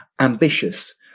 ambitious